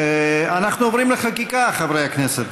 חברי הכנסת,